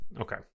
Okay